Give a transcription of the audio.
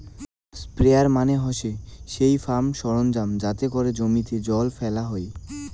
sprayer মানে হসে সেই ফার্ম সরঞ্জাম যাতে করে জমিতে জল ফেলা হই